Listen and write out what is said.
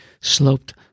sloped